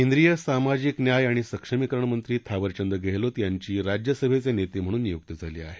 केंद्रीय सामाजिक न्याय आणि सक्षमीकरणमंत्री थावरचंद गेहलोत यांची राज्यसभेचे नेते म्हणून नियुक्ती झाली आहे